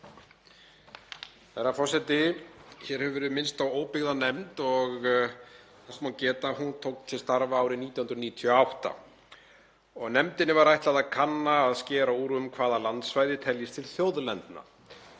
Herra forseti. Hér hefur verið minnst á óbyggðanefnd. Þess má geta að hún tók til starfa árið 1998. Nefndinni var ætlað að kanna að skera úr um hvaða landsvæði teljist til þjóðlendna,